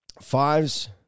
FIVES